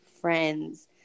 friends